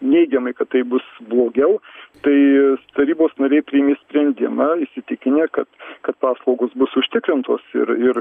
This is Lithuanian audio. neigiamai kad taip bus blogiau tai tarybos nariai priėmė sprendimą įsitikinę kad kad paslaugos bus užtikrintos ir ir